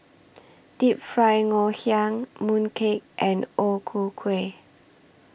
Deep Fried Ngoh Hiang Mooncake and O Ku Kueh